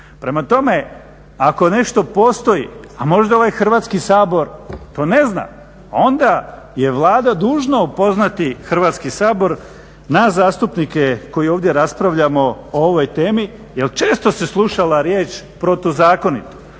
Prema tome, ako nešto postoji a možda ovaj Hrvatski sabor to ne zna onda je Vlada dužna upoznati Hrvatski sabor na zastupnike koji ovdje raspravljamo o ovoj temi jer često se slušala riječ protuzakonito.